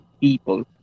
people